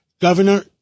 Governor